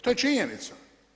To je činjenica.